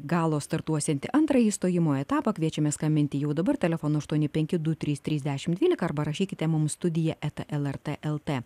galo startuosiantį antrąjį stojimo etapą kviečiame skambinti jau dabar telefonu aštuoni penki du trys trys dešimt dvylika arba rašykite mums studija eta lrt lt